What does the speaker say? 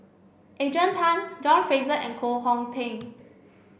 Adrian Tan John Fraser and Koh Hong Teng